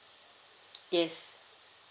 yes